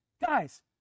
Guys